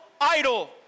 idol